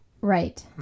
right